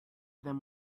them